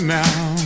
now